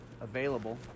available